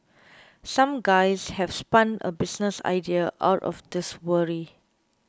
some guys have spun a business idea out of this worry